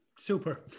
Super